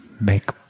make